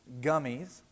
gummies